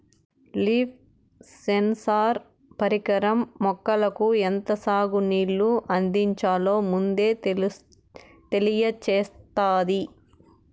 leaf sensor పరికరం మొక్కలకు ఎంత సాగు నీళ్ళు అందించాలో ముందే తెలియచేత్తాది